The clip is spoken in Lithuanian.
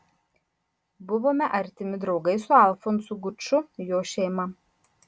buvome artimi draugai su alfonsu guču jo šeima